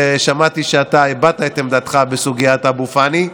שמעתי שאתה הבעת את עמדתך בסוגיית אבו פאני,